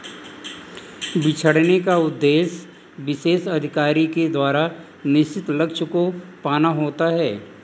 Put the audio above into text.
बिछड़ने का उद्देश्य विशेष अधिकारी के द्वारा निश्चित लक्ष्य को पाना होता है